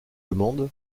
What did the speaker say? demande